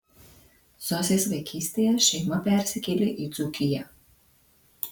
zosės vaikystėje šeima persikėlė į dzūkiją